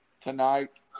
tonight